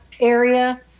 area